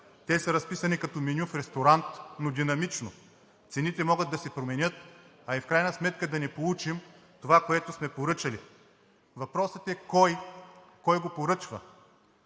Те са разписани като меню в ресторант, но динамично. Цените могат да се променят, а и в крайна сметка да не получим това, което сме поръчали. Въпросът е: кой го поръчва?